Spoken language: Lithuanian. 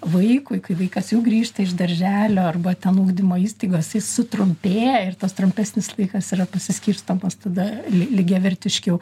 vaikui kai vaikas jau grįžta iš darželio arba ten ugdymo įstaigos jis sutrumpėja ir tas trumpesnis laikas yra pasiskirstomas tada lygiavertiškiau